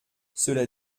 cela